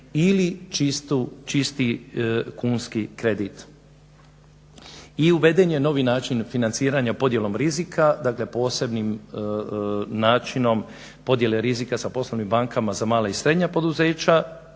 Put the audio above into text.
ili čisti kunski kredit. I uveden je novi način financiranja podjelom rizika, dakle posebnim načinom podjele rizika sa poslovnim bankama za mala i srednja poduzeća,